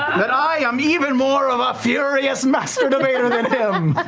that i am even more of a furious master debater than him.